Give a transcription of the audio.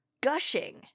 gushing